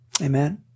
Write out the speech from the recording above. Amen